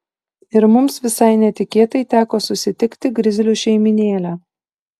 ir mums visai netikėtai teko susitikti grizlių šeimynėlę